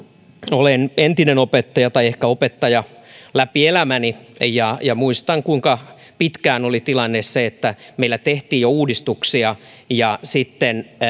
olen entinen opettaja tai ehkä opettaja läpi elämäni ja ja muistan kuinka pitkään oli tilanne se että meillä tehtiin jo uudistuksia ja sitten